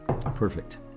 Perfect